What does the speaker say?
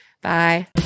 Bye